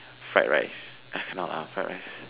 fried rice I forgot lah fried rice